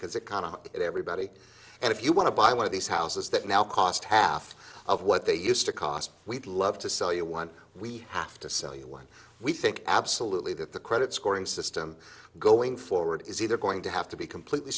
because it kind of everybody and if you want to buy one of these houses that now cost half of what they used to cost we'd love to sell you one we have to sell you one we think absolutely that the credit scoring system going forward is either going to have to be completely